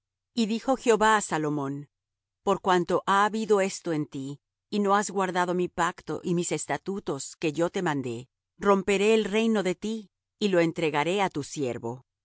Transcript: ha habido esto en ti y no has guardado mi pacto y mis estatutos que yo te mandé romperé el reino de ti y lo entregaré á tu siervo